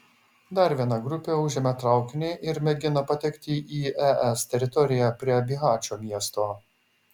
dar viena grupė užėmė traukinį ir mėgina patekti į es teritoriją prie bihačo miesto